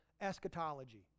eschatology